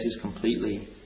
completely